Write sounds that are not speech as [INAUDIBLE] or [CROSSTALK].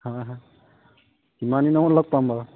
[UNINTELLIGIBLE] কিমান দিনৰ মূৰত লগ পাম বাৰু